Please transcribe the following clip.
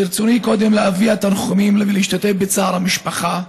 ברצוני קודם להביע תנחומים ולהשתתף בצער המשפחה.